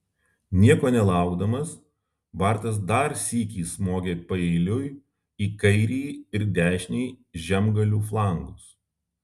nieko nelaukdamas bartas dar sykį smogė paeiliui į kairįjį ir dešinįjį žemgalių flangus